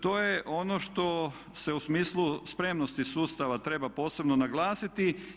To je ono što se u smislu spremnosti sustava treba posebno naglasiti.